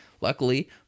Luckily